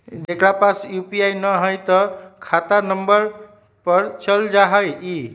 जेकरा पास यू.पी.आई न है त खाता नं पर चल जाह ई?